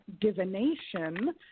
divination